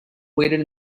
waited